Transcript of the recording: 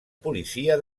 policia